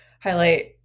highlight